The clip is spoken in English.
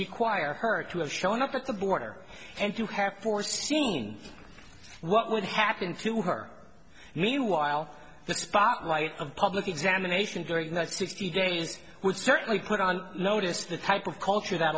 require her to have shown up at the border and to have foreseen what would happen to her meanwhile the spotlight of public examination during that sixty days would certainly put on notice the type of culture that